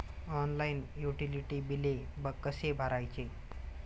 Online utility बिले कसे भरायचे?